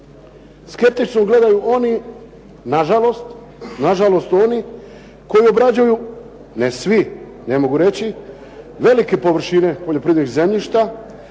Skeptično gledaju oni nažalost, nažalost oni koji obrađuju, ne svi, ne mogu reći, velike površine poljoprivrednih zemljišta,